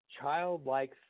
childlike